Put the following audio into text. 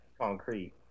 concrete